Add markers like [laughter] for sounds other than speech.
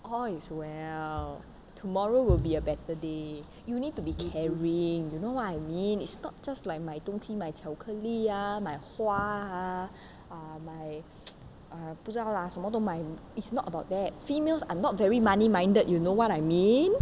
all is well tomorrow will be a better day you need to be caring you know what I mean is not just like 买东西买巧克力 ah 买花 ah like [noise] 不知道 lah 什么都卖 it's not about that females are not very money minded you know what I mean